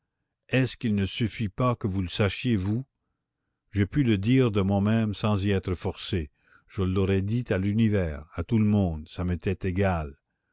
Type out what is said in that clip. est-ce qu'il ne suffit pas que vous le sachiez vous j'ai pu le dire de moi-même sans y être forcé je l'aurais dit à l'univers à tout le monde ça m'était égal